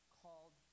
called